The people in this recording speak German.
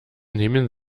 nehmen